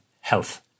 health